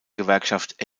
gewerkschaft